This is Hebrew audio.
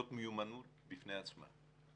זאת מיומנות בפני עצמה.